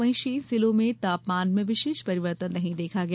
वहीं शेष जिलों में तापमान में विशेष परिवर्तन नहीं देखा गया